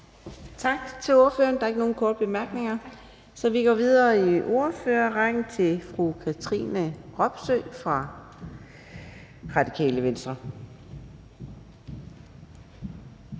Tak til ordføreren. Der er ikke nogen korte bemærkninger, og vi går videre i ordførerrækken til hr. Peter Kofod fra Dansk Folkeparti.